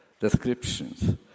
descriptions